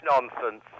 nonsense